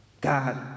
God